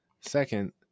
second